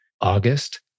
August